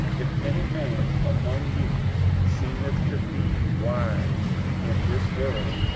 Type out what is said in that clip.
if any man among you seemeth to be wise in this world,